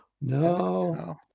no